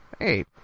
Hey